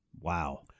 Wow